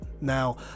Now